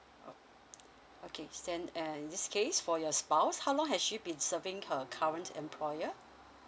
oh okay send and in this case for your spouse how long has she been serving her current employer